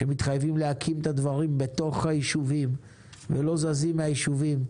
שמתחייבים להקים דברים בתוך הישובים ולא זזים מן הישובים,